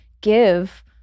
give